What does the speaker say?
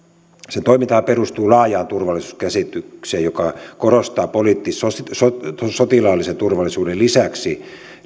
sen toimintahan perustuu laajaan turvallisuuskäsitykseen joka korostaa sotilaallisen turvallisuuden lisäksi